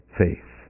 faith